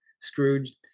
Scrooge